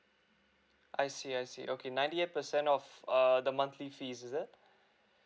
I see I see okay ninety eight percent of err the monthly fees is it